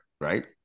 Right